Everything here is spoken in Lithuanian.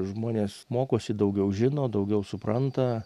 žmonės mokosi daugiau žino daugiau supranta